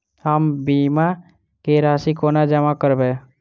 हम बीमा केँ राशि कोना जमा करबै?